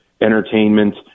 entertainment